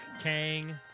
Kang